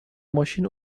ماشین